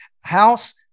house